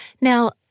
Now